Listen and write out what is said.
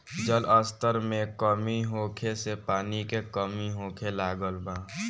जल स्तर में कमी होखे से पानी के कमी होखे लागल बा